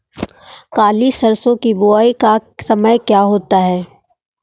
काली सरसो की बुवाई का समय क्या होता है?